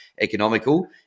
economical